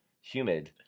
Humid